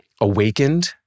awakened